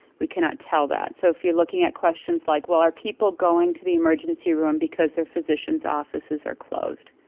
we cannot tell that. so if you're looking at questions like, well, are people going to the emergency room because their physicians' offices are closed?